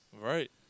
Right